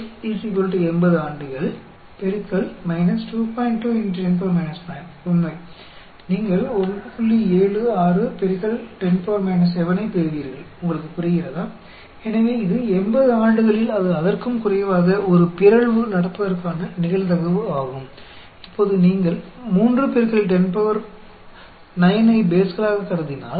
अब यदि आप 3 10 9 को बेस मानते हैं तो हम उम्मीद करेंगे कि 80 वर्षों के बाद 528 बेस होंगे जिन्हें म्यूट किया जाना चाहिए था क्या आप समझे यह कैसे करना है